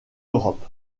europe